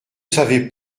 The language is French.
savez